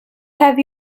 have